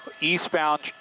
eastbound